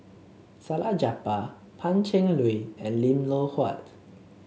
Salleh Japar Pan Cheng Lui and Lim Loh Huat